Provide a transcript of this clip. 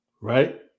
right